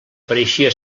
pareixia